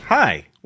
Hi